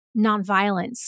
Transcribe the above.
nonviolence